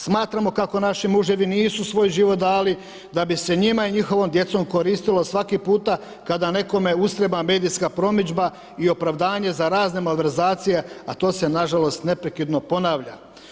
Smatramo kako naši muževi nisu svoj život dali da bi se njima i njihovom djecom koristilo svaki puta kada nekome ustreba medijska promidžba i opravdanje za razne malverzacije a to se nažalost neprekidno ponavlja.